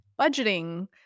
budgeting